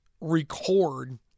record